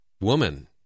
woman